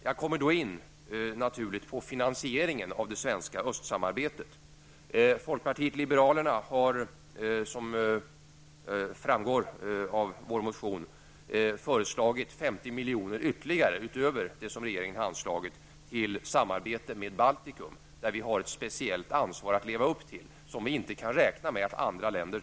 Jag kommer här naturligt in på finansieringen av det svenska östsamarbetet. Folkpartiet liberalerna har, som framgår av vår motion U203, föreslagit 50 milj.kr. utöver det regeringen anslagit till samarbete med Baltikum. Vi har där ett större ansvar än andra länder.